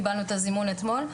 קיבלנו את הזימון אתמול.